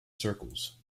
circles